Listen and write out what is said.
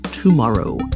Tomorrow